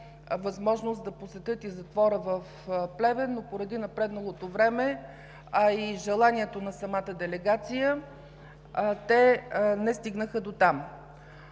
възможност да посетят и затвора в Плевен, но поради напредналото време, а и желанието на самата делегация, те не стигнаха дотам.